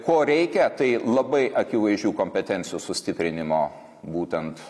ko reikia tai labai akivaizdžių kompetencijų sustiprinimo būtent